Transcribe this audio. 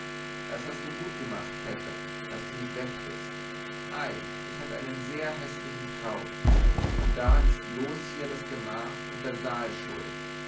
das hast du gut gemacht vetter daß du mich wecktest ei ich hatte einen sehr häßlichen traum und daran ist bloß hier das gemach und der saal schuld